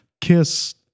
kiss